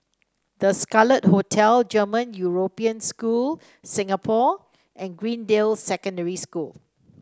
The Scarlet Hotel German European School Singapore and Greendale Secondary School